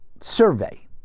survey